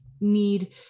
need